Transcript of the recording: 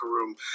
room